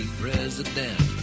president